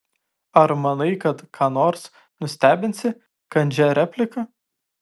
ar manai kad ką nors nustebinsi kandžia replika